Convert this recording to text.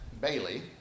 Bailey